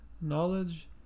knowledge